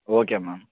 okay ma'am